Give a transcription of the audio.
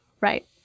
Right